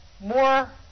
more